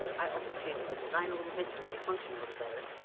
i also changed the design a little bit, to make it function a little better.